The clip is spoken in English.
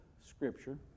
scripture